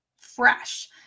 fresh